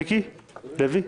מיקי לוי?